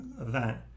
event